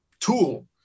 tool